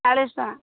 ଚାଳିଶ ଟଙ୍କା